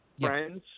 friends